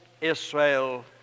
Israel